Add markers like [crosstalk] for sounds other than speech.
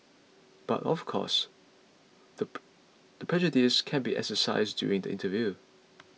but of course the [unintelligible] the prejudice can be exercised during the interview